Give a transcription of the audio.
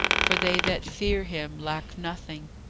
for they that fear him lack nothing.